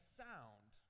sound